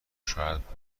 شاید